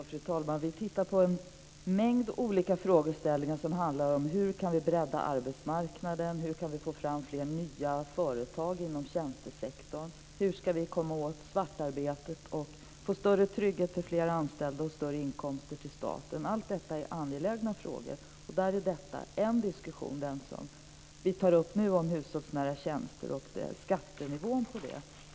Fru talman! Vi tittar på en mängd olika frågeställningar som handlar om hur vi kan bredda arbetsmarknaden, hur vi kan få fram nya företag inom tjänstesektorn, hur vi ska komma åt svartarbetet och därigenom skapa större trygghet för fler anställda och få större inkomster till staten. Allt detta är angelägna frågor, och i det sammanhanget ingår den fråga som vi nu diskuterar om hushållsnära tjänster och skattenivån på dem.